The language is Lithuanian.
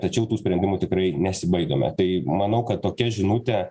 tačiau tų sprendimų tikrai nesibaidome tai manau kad tokia žinutė